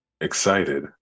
Excited